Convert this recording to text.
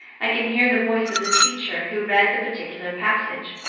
i can hear the voice of the teacher who read the particular passage.